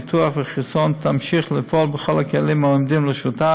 ביטוח וחיסכון תמשיך לפעול בכל הכלים העומדים לרשותה